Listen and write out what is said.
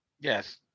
yes